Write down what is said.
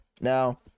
Now